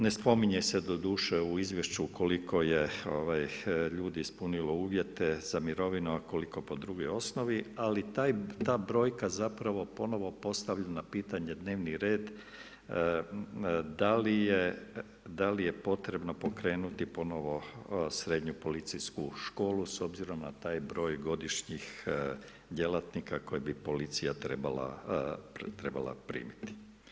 Ne spominje se doduše u izvješću koliko je ljudi ispunilo uvjete za mirovinu, a koliko po drugoj osnovi ali ta brojka ponovo postavlja na pitanje dnevni red da li je potrebno pokrenuti ponovno Srednju policijsku školu s obzirom na taj broj godišnjih djelatnika koji bi policija trebala primiti.